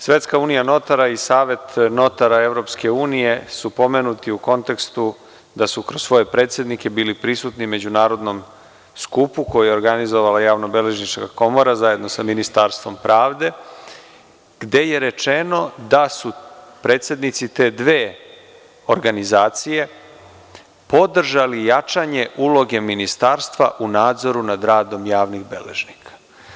Svetska unija notara i Savet notara EU su pomenuti u kontekstu da su kroz svoje predsednike bili prisutni na međunarodnom skupu koji je organizovala Javnobeležnička komora zajedno sa Ministarstvom pravde, gde je rečeno da su predsednici te dve organizacije podržali jačanje uloge ministarstva u nadzoru nad radom javnim beležnika.